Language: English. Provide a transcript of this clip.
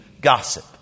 gossip